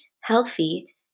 healthy